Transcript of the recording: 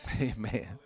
Amen